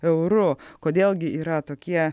euru kodėl gi yra tokie